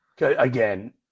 again